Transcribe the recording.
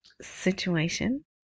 situation